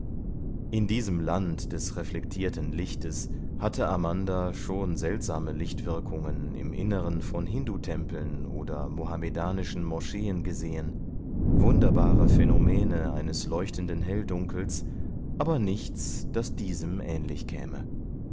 in diesem land des reflektierten lichtes hatte amanda schon seltsame lichtwirkungen im inneren von hindutempeln oder mohamedanischen moscheen gesehen wunderbare phänomene eines leuchtenden helldunkels aber nichts das diesem ähnlich käme